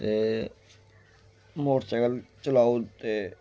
ते मोटरसैकल चलाओ ते